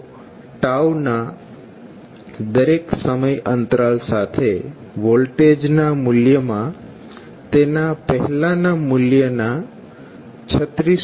તો ના દરેક સમય અંતરાલ સાથે વોલ્ટેજ ના મૂલ્યમાં તેના પહેલા ના મુલ્યના 36